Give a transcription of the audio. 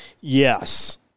Yes